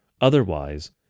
Otherwise